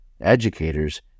educators